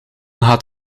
gaat